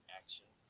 action